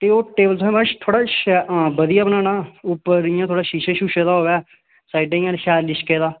ते ओह् टेबल थोह्ड़ा शैल हां बधिया बनाना उप्पर इयां थोह्ड़ा शीशे शूशे दा होवे साइडें शैल लिश्के दा